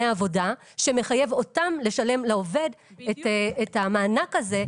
עבודה שמחייב אותם לשלם לעובד את המענק הזה,